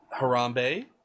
Harambe